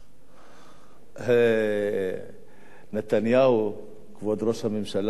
נתניהו, כבוד ראש הממשלה, ראש המפלגה שלך,